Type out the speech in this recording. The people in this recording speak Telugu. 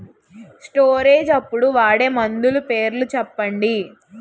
స్టోరేజ్ అప్పుడు వాడే మందులు పేర్లు చెప్పండీ?